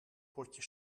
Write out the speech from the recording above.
potje